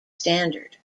standard